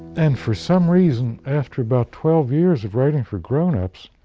and for some reason after about twelve years of writing for grown-ups,